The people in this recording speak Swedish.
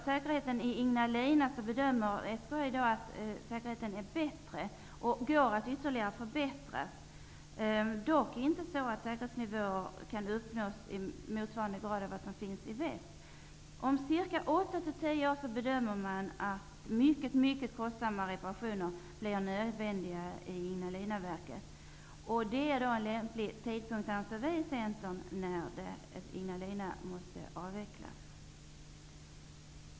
Säkerheten i Ignalina bedömer SKI vara bättre, och den kan förbättras ytterligare -- dock inte så att säkerhetsnivåer kan uppnås motsvarande dem i väst. Om 8--10 år bedömer man att mycket kostsamma reparationer blir nödvändiga. Vi i Centern anser att det är en lämplig tidpunkt att avveckla Ignalina.